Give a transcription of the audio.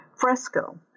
fresco